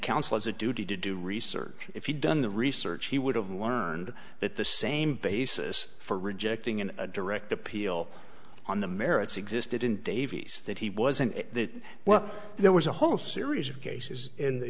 as a duty to do research if he'd done the research he would have learned that the same basis for rejecting an a direct appeal on the merits existed in davies that he wasn't that well there was a whole series of cases in the